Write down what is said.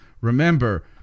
Remember